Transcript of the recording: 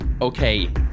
Okay